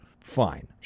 fine